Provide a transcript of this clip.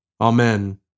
Amen